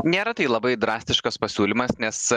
nėra tai labai drastiškas pasiūlymas nes